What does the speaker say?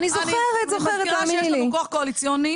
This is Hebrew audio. אני זוכרת, תאמיני לי.